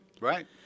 Right